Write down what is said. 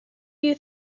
you